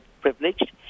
privileged